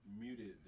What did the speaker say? muted